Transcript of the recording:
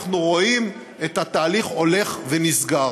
אנחנו רואים את התהליך הולך ונסגר,